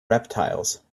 reptiles